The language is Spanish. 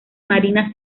marina